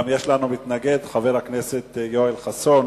יש לנו גם מתנגד, חבר הכנסת יואל חסון,